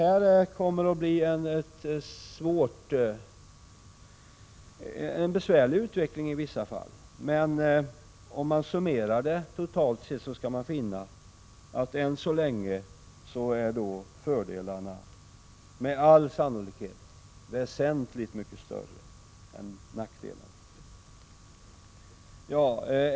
Det kommer att bli en besvärlig utveckling i vissa fall, men totalt sett skall man finna att än så länge är fördelarna med all sannolikhet väsentligt mycket större än nackdelarna.